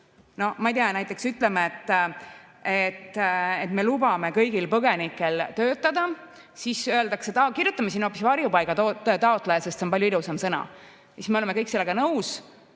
No ma ei tea, näiteks ütleme, et me lubame kõigil põgenikel töötada, siis öeldakse, et kirjutame sinna hoopis "varjupaiga taotlejad", sest see on palju ilusam sõna, ja me oleme kõik sellega nõus.